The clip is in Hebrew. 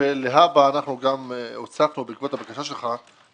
להבא, אנחנו גם הוספנו בעקבות הבקשה שלך,